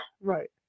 Right